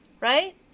right